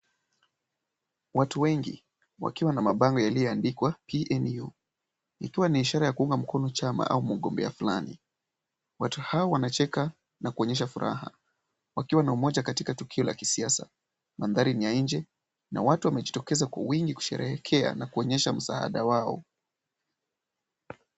Watu wengi, wakiwa na mabango yaliyoandikwa PNU. Ikiwa ni ishara ya kuunga mkono chama au mgombea fulani. Watu hao wanacheka na kuonyesha furaha. Wakiwa na umoja katika tukio la kisiasa, mandhari ni ya nje na watu wamejitokeza kwa wingi kusherehekea na kuonyesha msaada wao.